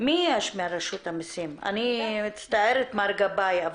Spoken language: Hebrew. אני מצטערת מר גבאי.